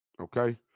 Okay